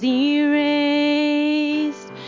erased